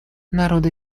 народы